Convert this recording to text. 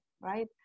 right